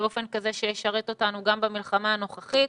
באופן כזה שישרת אותנו גם במלחמה הנוכחית,